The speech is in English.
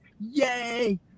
Yay